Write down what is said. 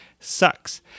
Sucks